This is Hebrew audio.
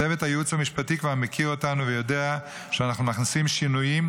צוות הייעוץ המשפטי כבר מכיר אותנו ויודע שאנחנו מכניסים שינויים,